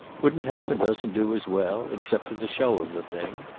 wouldn't half-a-dozen do as well except for the show of the thing?